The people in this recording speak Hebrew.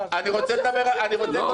ניסן, למה אתה נכנס לפינה הזאת?